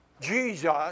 Jesus